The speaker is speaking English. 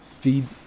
Feed